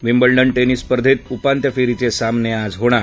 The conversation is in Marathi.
विम्बल्डन टेनिस स्पर्धेत उपांत्य फेरीचे सामने आज होणार